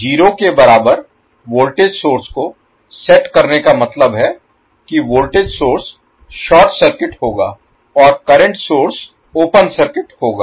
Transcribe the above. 0 के बराबर voltage source को सेट करने का मतलब है कि वोल्टेज सोर्स शॉर्ट सर्किट होगा और करंट सोर्स ओपन सर्किट होगा